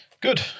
Good